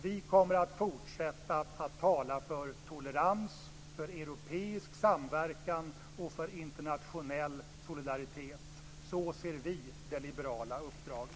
Vi kommer att fortsätta att tala för tolerans, för europeisk samverkan och för internationell solidaritet. Så ser vi det liberala uppdraget.